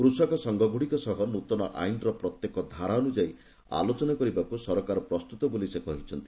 କୃଷକ ସଂଘଗୁଡିକ ସହ ନୃତନ ଆଇନର ପ୍ରତ୍ୟେକ ଧାରା ଅନୁଯାୟୀ ଆଲୋଚନା କରିବାକୁ ସରକାର ପ୍ରସ୍ତୁତ ବୋଲି ସେ କହିଛନ୍ତି